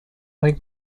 like